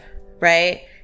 right